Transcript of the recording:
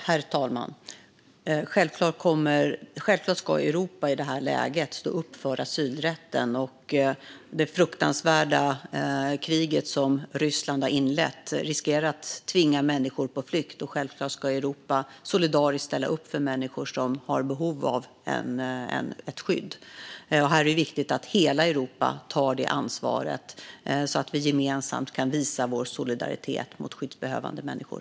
Herr talman! Självklart ska Europa i det här läget stå upp för asylrätten. Det fruktansvärda krig som Ryssland har inlett riskerar att tvinga människor på flykt, och självklart ska Europa solidariskt ställa upp för människor som har behov av skydd. Här är det viktigt att hela Europa tar ansvar så att vi gemensamt kan visa vår solidaritet med skyddsbehövande människor.